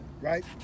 Right